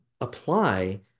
apply